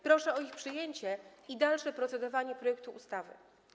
Proszę o ich przyjęcie i dalsze procedowanie nad projektem ustawy.